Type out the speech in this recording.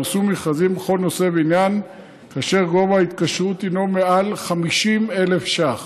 בפרסום מכרזים בכל נושא ועניין כאשר גובה ההתקשרות הינו מעל 50,000 שקל.